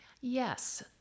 Yes